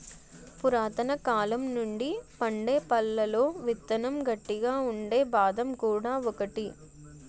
పురాతనకాలం నుండి పండే పళ్లలో విత్తనం గట్టిగా ఉండే బాదం కూడా ఒకటి